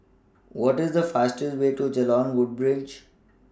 What IS The fastest Way to Jalan Woodbridge